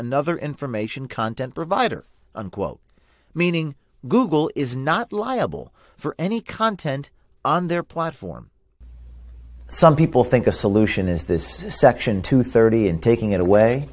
another information content provider unquote meaning google is not liable for any content on their platform some people think a solution is this section two hundred and thirty and taking it away